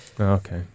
Okay